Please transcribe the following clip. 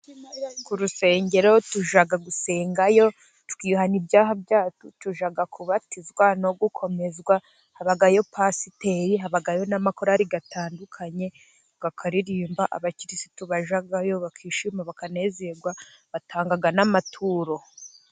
Ku rusengero tujya gusengayo, tukihana ibyaha byacu, tujya kubatizwa no gukomezwa, habayo pasiteri, habayo n'amakorari atandukanye, bakaririmba abakirisitu bajyayo bakishima bakanezerwa, batanga n'amaturo.